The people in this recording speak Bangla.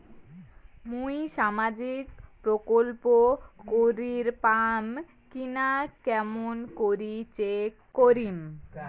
মুই সামাজিক প্রকল্প করির পাম কিনা কেমন করি চেক করিম?